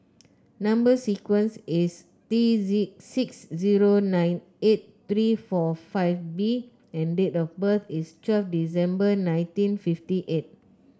number sequence is T Z six zero nine eight three four five B and date of birth is twelve December nineteen fifty eight